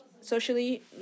socially